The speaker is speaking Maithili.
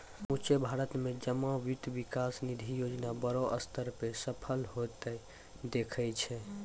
समुच्चा भारत मे जमा वित्त विकास निधि योजना बड़ो स्तर पे सफल होतें देखाय छै